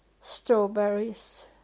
strawberries